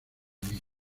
misma